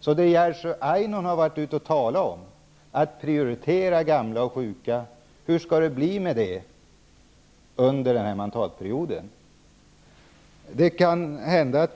Så hur skall det bli med det som Jerzy Einhorn har varit ute och talat om, att man skall prioritera gamla och sjuka under mandatperioden? Det kan